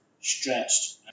stretched